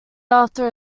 after